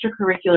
extracurricular